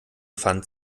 pfand